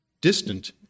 distant